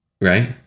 Right